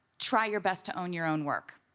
try your best to own your own work.